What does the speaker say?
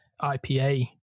IPA